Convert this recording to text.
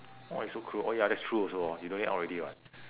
why you so cruel oh ya that's true also ah you donate it out already [what]